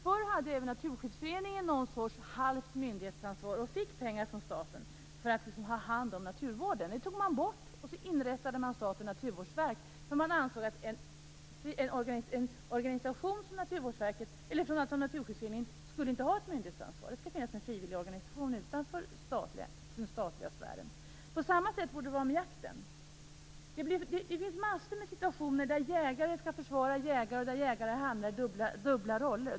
Förr hade även Naturskyddsföreningen något slags halvt myndighetsansvar och fick pengar från staten för att ha hand om naturvården. Det tog man bort, och sedan inrättade man Statens naturvårdsverk. Man ansåg nämligen att en organisation som Naturskyddsföreningen inte skulle ha ett myndighetsansvar. En frivillig organisation skall finnas utanför den statliga sfären. På samma sätt borde det vara med jakten. Det finns mängder av situationer där jägare skall försvara jägare och där jägare hamnar i dubbla roller.